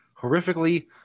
Horrifically